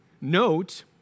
Note